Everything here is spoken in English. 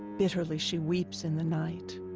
bitterly she weeps in the night,